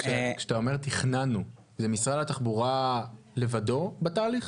כשאתה אומר "תכננו" זה משרד התחבורה לבדו בתהליך?